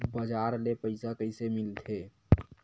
बजार ले पईसा कइसे मिलथे?